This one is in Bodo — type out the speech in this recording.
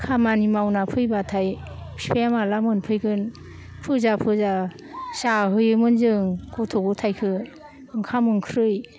खामानि मावना फैब्लाथाय बिफाया माला मोनफैगोन फुजा फुजा जाहोयोमोन जों गथ' गथायखो ओंखाम ओंख्रि